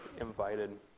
invited